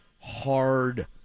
hard